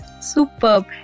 Superb